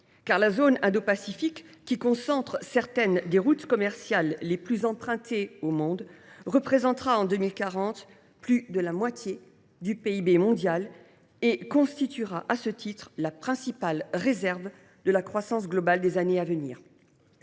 La zone indo pacifique, qui concentre certaines des routes commerciales les plus empruntées au monde, représentera en 2040 plus de la moitié du PIB mondial et constituera, à ce titre, la principale réserve de la croissance globale des années à venir.